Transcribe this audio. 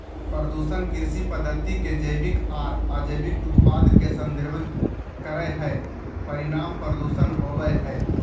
प्रदूषण कृषि पद्धति के जैविक आर अजैविक उत्पाद के संदर्भित करई हई, परिणाम प्रदूषण होवई हई